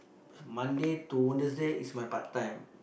Monday to Wednesday is my part time